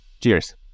Cheers